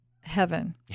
heaven